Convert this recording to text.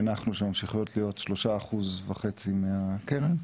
הנחנו שממשיכות להיות שלושה וחצי אחוז מהקרן,